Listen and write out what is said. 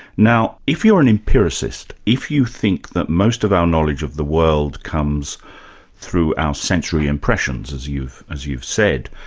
now if you're an empiricist, if you think that most of our knowledge of the world comes through our sensory impressions, as you've as you've said,